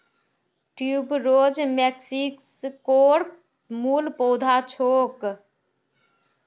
tuberose मेक्सिकोर मूल पौधा छेक